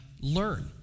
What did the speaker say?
learn